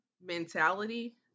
mentality